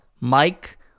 Mike